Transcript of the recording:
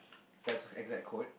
that's exact quote